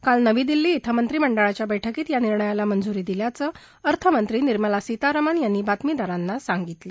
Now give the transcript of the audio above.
काल नवी दिल्ली क्वे मंत्रीमंडळाच्या बैठकीत या निर्णयाला मंजुरी दिल्याचं अर्थमंत्री निर्मला सीतारामन यांनी बातमीदारांना सांगितलं